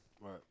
right